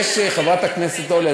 חברת הכנסת אורלי,